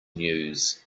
news